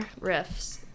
riffs